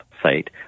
site